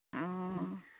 ᱚᱻ